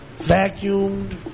Vacuumed